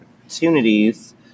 opportunities